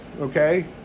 okay